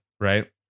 Right